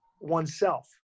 oneself